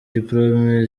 diplôme